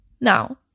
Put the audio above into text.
Now